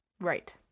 right